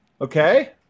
Okay